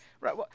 Right